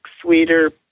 sweeter